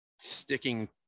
sticking